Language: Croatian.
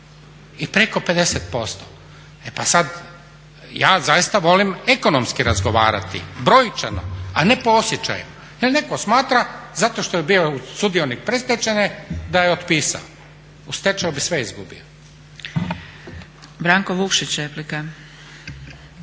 I preko 50%. E pa sad, ja zaista volim ekonomski razgovarati, brojčano, a ne po osjećajima. Jer netko smatra zato što je bio sudionik predstečajne da je otpisan. U stečaju bi sve izgubio.